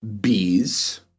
bees